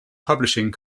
publishing